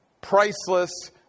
Priceless